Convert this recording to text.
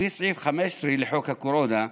לפי סעיף 15 לחוק הקורונה,